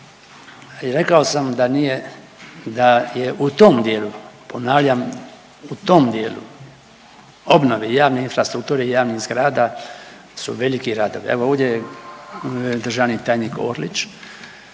I rekao sam da nije, da je u tom dijelu, ponavljam u tom dijelu obnove javne infrastrukture i javnih zgrada su veliki radovi. Evo ovdje je državni tajnik Orlić,